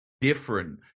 different